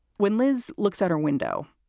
when liz looks out her window,